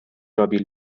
رابیل